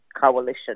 coalition